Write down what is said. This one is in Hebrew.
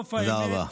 וסוף האמת, תודה רבה.